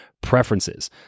preferences